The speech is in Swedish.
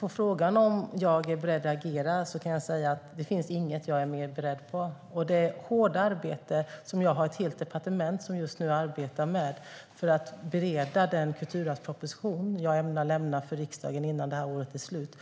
På frågan om jag är beredd att agera kan jag svara att det inte finns något som jag är mer beredd på. Jag har just nu ett helt departement som arbetar hårt med att bereda den kulturarvsproposition jag ämnar lämna till riksdagen innan detta år är slut.